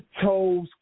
toes